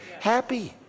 happy